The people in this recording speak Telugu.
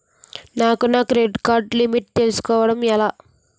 నాకు నా క్రెడిట్ కార్డ్ లిమిట్ తెలుసుకోవడం ఎలా?